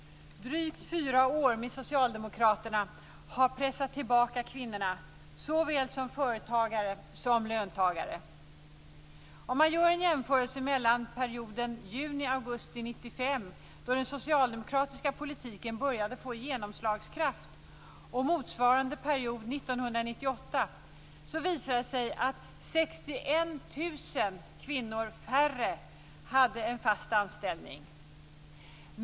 Drygt fyra år med socialdemokraterna har pressat tillbaka kvinnorna såväl som företagare som löntagare. Om man gör en jämförelse mellan perioden juniaugusti 1995, då den socialdemokratiska politiken började få genomslagskraft, och motsvarande period 1998 visar det sig att 61 000 kvinnor färre hade en fast anställning.